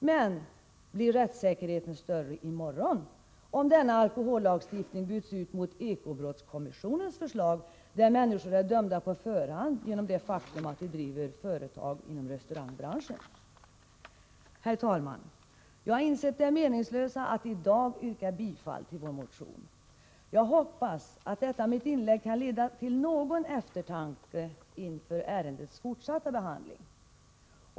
Men blir rättssäkerheten större i morgon om denna alkohollagstiftning byts ut mot ekobrottskommissionens förslag, där människor är dömda på förhand genom det faktum att de driver företag inom restaurangbranschen? Herr talman! Jag har insett det meningslösa i att i dag yrka bifall till vår motion. Jag hoppas att detta mitt inlägg kan leda till någon eftertanke inför ärendets fortsatta behandling.